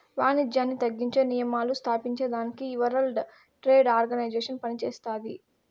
వానిజ్యాన్ని తగ్గించే నియమాలు స్తాపించేదానికి ఈ వరల్డ్ ట్రేడ్ ఆర్గనైజేషన్ పనిచేస్తాది